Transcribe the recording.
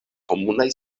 komunaj